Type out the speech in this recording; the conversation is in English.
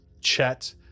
Chet